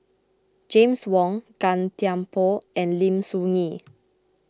James Wong Gan Thiam Poh and Lim Soo Ngee